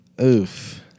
Oof